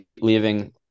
leaving